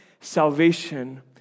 salvation